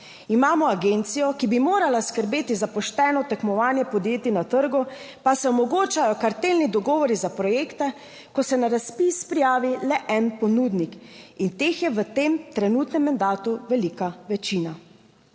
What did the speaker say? Imamo agencijo, ki bi morala skrbeti za pošteno tekmovanje podjetij. Na trgu pa se omogočajo kartelni dogovori za projekte, ko se na razpis prijavi le en ponudnik in teh je v tem trenutnem mandatu velika večina.